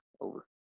Over